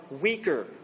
weaker